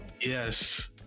Yes